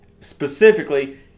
specifically